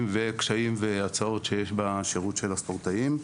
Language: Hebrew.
וקשיים והצעות שיש בשירות של הספורטאים.